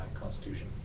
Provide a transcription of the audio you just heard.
constitution